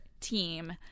team